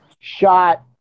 shot